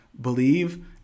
believe